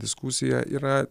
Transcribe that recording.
diskusija yra